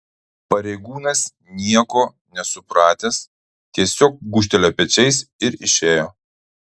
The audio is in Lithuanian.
pareigūnas nieko nesupratęs tiesiog gūžtelėjo pečiais ir išėjo